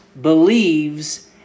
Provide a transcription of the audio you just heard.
believes